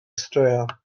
straeon